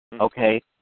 Okay